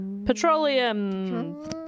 Petroleum